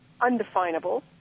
undefinable